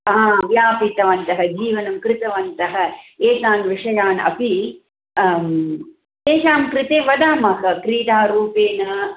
हा व्यापितवन्तः जीवनं कृतवन्तः एतान् विषयान् अपि तेषां कृते वदामः क्रीडारूपेण